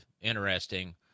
interesting